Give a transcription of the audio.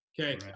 Okay